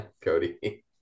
Cody